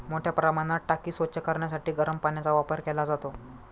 मोठ्या प्रमाणात टाकी स्वच्छ करण्यासाठी गरम पाण्याचा वापर केला जातो